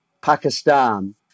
Pakistan